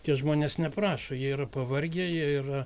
tie žmonės neprašo jie yra pavargę jie yra